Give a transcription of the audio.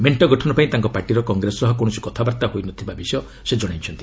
ମେଙ୍କ ଗଠନ ପାଇଁ ତାଙ୍କ ପାର୍ଟିର କଂଗ୍ରେସ ସହ କୌଣସି କଥାବାର୍ତ୍ତା ହୋଇ ନ ଥିବା ବିଷୟ ସେ ଜଣାଇଛନ୍ତି